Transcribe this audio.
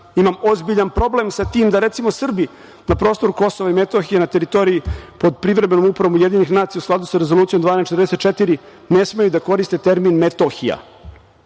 imam ozbiljan problem sa tim da recimo Srbi na prostoru KiM na teritoriji pod privremenom upravom UN, u skladu sa Rezolucijom 1244, ne smeju da koriste termin - Metohija.